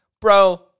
bro